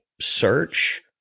search